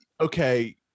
okay